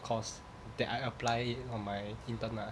course that I apply it on my intern ah